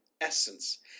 essence